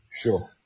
sure